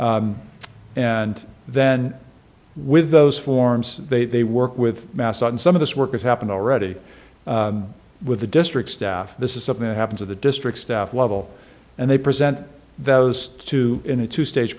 m and then with those forms they they work with mass on some of this work has happened already with the district staff this is something that happens of the district staff level and they present those two in a two sta